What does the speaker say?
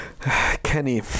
kenny